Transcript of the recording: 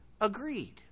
agreed